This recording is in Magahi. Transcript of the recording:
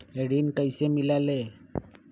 ऋण कईसे मिलल ले?